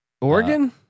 Oregon